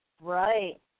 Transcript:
Right